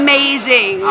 Amazing